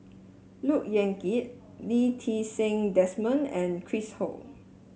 Look Yan Kit Lee Ti Seng Desmond and Chris Ho